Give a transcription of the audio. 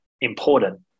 important